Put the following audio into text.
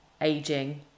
aging